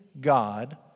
God